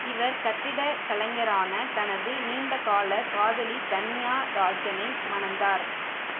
இவர் கட்டிடக் கலைஞரான தனது நீண்டகால காதலி தன்யா ராஜனை மணந்தார்